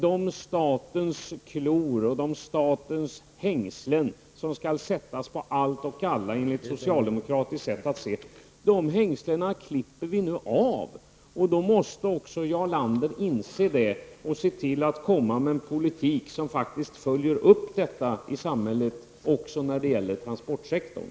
De statens hänglsen, som skall sättas på allt och alla enligt socialdemokratiskt sätt att se, klipper vi nu av. Då måste Jarl Lander inse detta, och komma med en politik som följer upp detta i samhället också när det gäller transportsektorn.